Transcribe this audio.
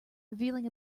revealing